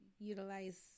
Utilize